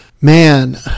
man